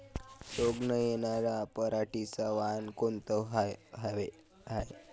रोग न येनार पराटीचं वान कोनतं हाये?